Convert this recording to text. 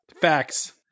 facts